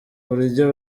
buryo